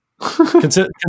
Consider